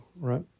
right